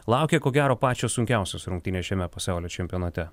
laukia ko gero pačios sunkiausios rungtynės šiame pasaulio čempionate